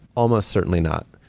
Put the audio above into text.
almost certainly not.